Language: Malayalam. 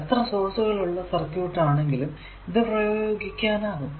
എത്ര സോഴ്സുകൾ ഉള്ള സർക്യൂട് ആണെങ്കിലും ഇത് പ്രഗോഗിക്കാനാകും